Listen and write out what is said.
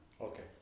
Okay